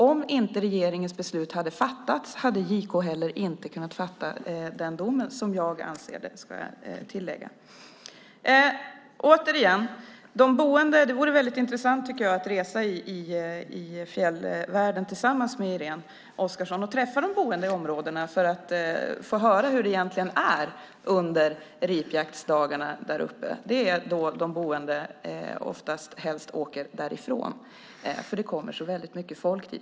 Om inte regeringens beslut hade fattats hade JK heller inte kunnat komma fram till sitt domslut, som jag ser det. Det skulle vara intressant att resa i fjällvärlden tillsammans med Irene Oskarsson och träffa de boende i områdena för att få höra hur det egentligen är under ripjaktsdagarna däruppe. Det är då de boende helst åker därifrån, för det kommer så mycket folk.